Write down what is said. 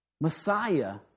Messiah